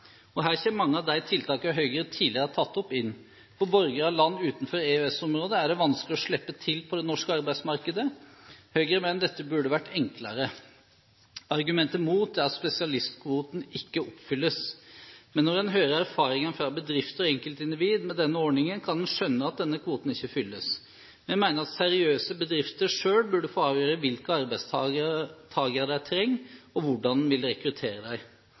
Her kommer mange av de tiltakene Høyre tidligere har tatt opp, inn. For borgere av land utenfor EØS-området er det vanskelig å slippe til på det norske arbeidsmarkedet. Høyre mener dette burde vært enklere. Argumentet mot er at spesialistkvoten ikke oppfylles. Men når en hører erfaringene fra bedrifter og enkeltindivider med denne ordningen, kan en skjønne at denne kvoten ikke fylles. Vi mener at seriøse bedrifter selv burde få avgjøre hvilke arbeidstakere de trenger, og hvordan en vil rekruttere